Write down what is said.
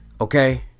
Okay